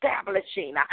establishing